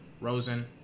Rosen